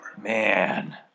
Man